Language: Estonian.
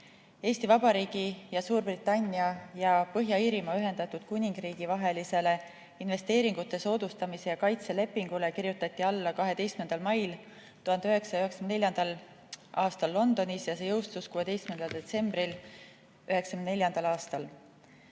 Eesti Vabariigi ja Suurbritannia ja Põhja-Iirimaa Ühendatud Kuningriigi vahelise investeeringute soodustamise ja kaitse lepingule kirjutati alla 12. mail 1994. aastal Londonis ja see jõustus 16. detsembril 1994. aastal.